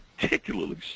particularly